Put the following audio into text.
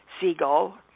seagull